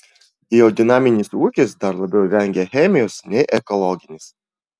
biodinaminis ūkis dar labiau vengia chemijos nei ekologinis